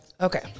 Okay